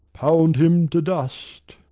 pound him to dust.